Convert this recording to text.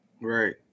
right